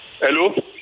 Hello